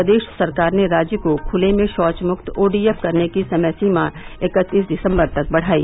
प्रदेष सरकार ने राज्य को खुले में षौच मुक्त ओडीएफ करने की समय सीमा इकतीस दिसम्बर तक बढ़ाई